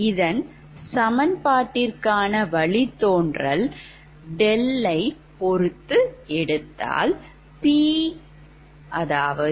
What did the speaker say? இந்த சமன்பாட்டிற்கான வழித்தோன்றல் ɗ ல்லை பொறுத்து எடுத்தால்dPLossdɗkdP1dɗkdP2dɗk